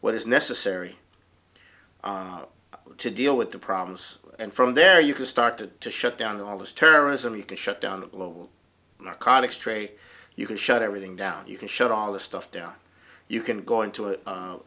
what is necessary to deal with the problems and from there you can start to shut down all this terrorism you can shut down the global narcotics trade you can shut everything down you can shut all this stuff down you can go into it